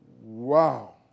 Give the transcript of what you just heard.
Wow